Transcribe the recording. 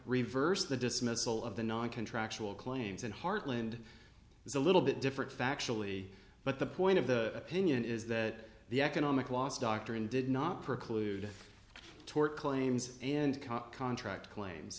reversed the dismissal of the non contractual claims and heartland is a little bit different factually but the point of the opinion is that the economic loss doctrine did not preclude tort claims and contract claims